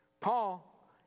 Paul